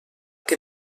que